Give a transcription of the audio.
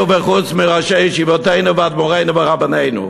וחוץ מראשי ישיבותינו ואדמו"רינו ורבנינו.